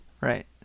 Right